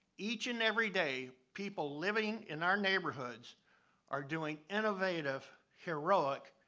each and every day, people living in our neighborhoods are doing innovative, heroic,